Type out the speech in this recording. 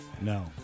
No